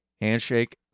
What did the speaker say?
handshake